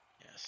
Yes